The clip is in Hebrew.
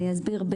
אני אסביר: